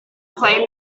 flame